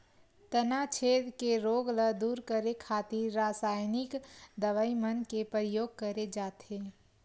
तनाछेद के रोग ल दूर करे खातिर रसाइनिक दवई मन के परियोग करे जाथे